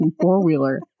four-wheeler